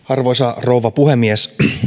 arvoisa rouva puhemies